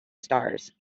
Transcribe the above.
stars